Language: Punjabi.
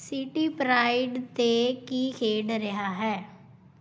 ਸਿਟੀ ਪ੍ਰਾਈਡ 'ਤੇ ਕੀ ਖੇਡ ਰਿਹਾ ਹੈ